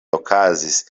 okazis